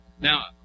Now